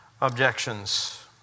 objections